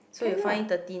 so you find thirteen